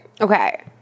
okay